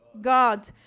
God